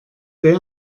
der